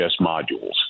modules